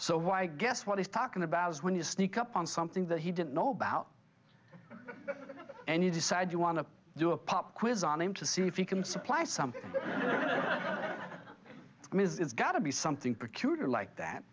so why i guess what he's talking about is when you sneak up on something that he didn't know about and you decide you want to do a pop quiz on him to see if you can supply something amiss it's got to be something procurator like that